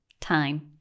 time